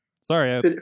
Sorry